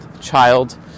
child